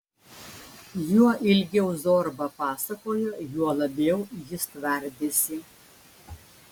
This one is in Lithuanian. juo ilgiau zorba pasakojo juo labiau jis tvardėsi